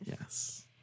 Yes